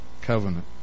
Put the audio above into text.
covenant